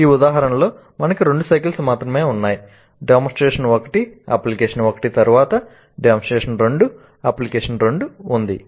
ఈ ఉదాహరణలో మనకు రెండు సైకిల్స్ మాత్రమే ఉన్నాయి డెమోన్స్ట్రేషన్ 1 అప్లికేషన్ 1 తరువాత డెమోన్స్ట్రేషన్ 2 అప్లికేషన్ 2 ఉంది